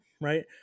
right